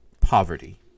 poverty